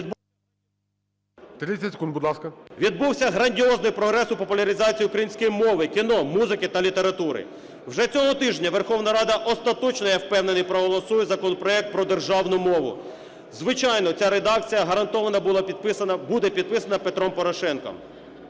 Відбувся грандіозний прогрес у популяризації української мови, кіно, музики та літератури. Вже цього тижня Верховна Рада остаточно, я впевнений, проголосує законопроект про державну мову. Звичайно, ця редакція гарантовано була підписана… буде підписана Петром Порошенком.